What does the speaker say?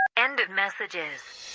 end of messages